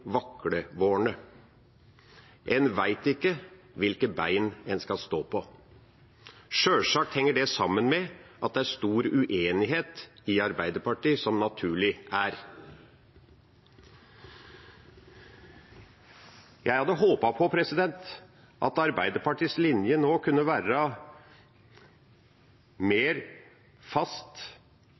en vet ikke hvilket bein en skal stå på. Sjølsagt henger det sammen med at det er stor uenighet i Arbeiderpartiet, som naturlig er. Jeg hadde håpet på at Arbeiderpartiets linje nå kunne være mer fast,